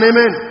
Amen